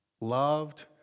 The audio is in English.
loved